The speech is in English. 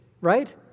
right